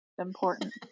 important